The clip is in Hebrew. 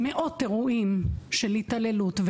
מאות אירועים של התעללות,